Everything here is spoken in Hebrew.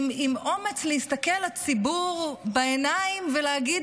ועם אומץ להסתכל לציבור בעיניים ולהגיד